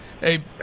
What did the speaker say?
Hey